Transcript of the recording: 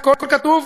הכול כתוב.